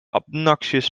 obnoxious